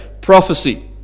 prophecy